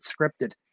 scripted